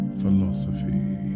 philosophy